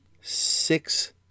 six